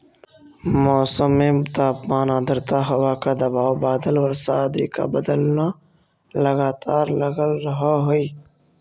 मौसम में तापमान आद्रता हवा का दबाव बादल वर्षा आदि का बदलना लगातार लगल रहअ हई